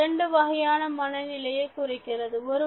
இதை இரண்டு வகையான மனநிலையை குறிக்கிறது